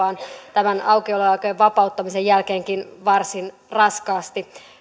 on tämän aukioloaikojen vapauttamisen jälkeenkin varsin raskaasti